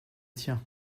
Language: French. tiens